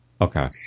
Okay